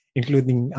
including